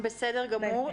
בסדר גמור.